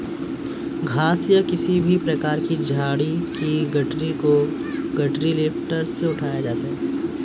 घास या किसी भी प्रकार की झाड़ी की गठरी को गठरी लिफ्टर से उठाया जाता है